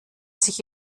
sich